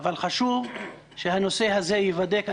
אבל חשוב שהנושא הזה ייבדק.